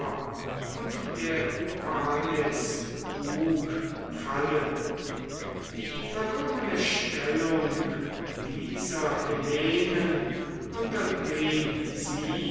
und der hypanis bug fallen die verlorene stellung dieser hellenen unter den sie